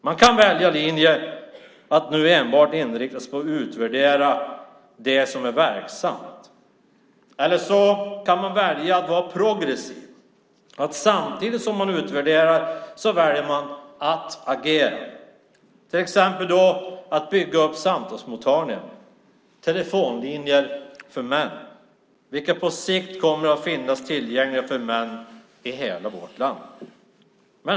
Man kan välja linjen att nu enbart inrikta sig på att utvärdera det som är verksamt, men man kan också välja att vara progressiv. Samtidigt som man utvärderar kan man välja att agera, till exempel genom att bygga upp samtalsmottagningar eller telefonlinjer för män, vilka på sikt kommer att finnas tillgängliga för män i hela vårt land.